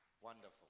Wonderful